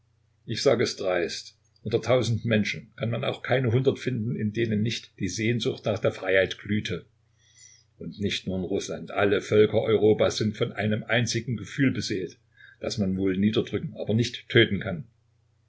ich sage es dreist unter tausend menschen kann man auch keine hundert finden in denen nicht die sehnsucht nach der freiheit glühte und nicht nur in rußland alle völker europas sind von einem einzigen gefühl beseelt das man wohl niederdrücken aber nicht töten kann